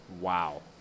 Wow